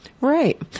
Right